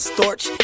Storch